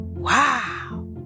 Wow